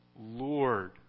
Lord